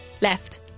left